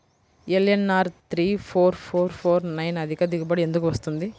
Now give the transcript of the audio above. LNR three four four four nine అధిక దిగుబడి ఎందుకు వస్తుంది?